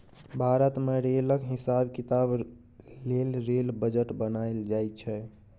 भारत मे रेलक हिसाब किताब लेल रेल बजट बनाएल जाइ छै